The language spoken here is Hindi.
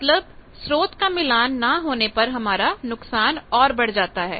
मतलब स्रोत का मिलान ना होने पर हमारा नुकसान और बढ़ जाता है